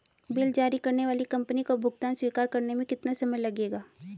Bill जारी करने वाली कंपनी को भुगतान स्वीकार करने में कितना समय लगेगा?